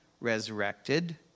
resurrected